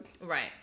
Right